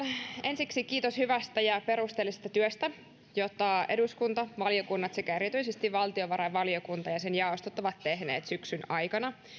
ensiksi kiitos hyvästä ja perusteellisesta työstä jota eduskunta valiokunnat sekä erityisesti valtiovarainvaliokunta ja sen jaostot ovat tehneet syksyn aikana